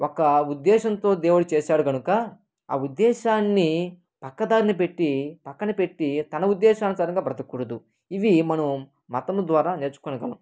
ఒక ఉద్దేశ్యంతో దేవుడు చేశాడు కనుక ఆ ఉద్దేశ్యాన్ని పక్కదారిన పెట్టి పక్కన పెట్టి తన ఉద్దేశ్యానుసారంగా బ్రతకకూడదు ఇవి మనం మతం ద్వారా నేర్చుకొనగలం